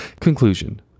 Conclusion